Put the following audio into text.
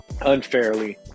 unfairly